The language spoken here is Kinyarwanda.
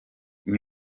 com